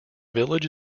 village